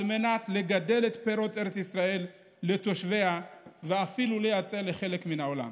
על מנת לגדל את פירות ארץ ישראל לתושביה ואפילו לייצא לחלק מהעולם.